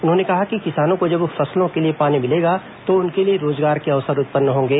उन्होंने कहा कि किसानों को जब फसलों के लिए पानी मिलेगा तो उनके लिए रोजगार के अवसर उत्पन्न होंगे